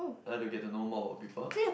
I want to get to know more about people